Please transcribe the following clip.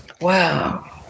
Wow